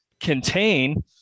contain